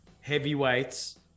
heavyweights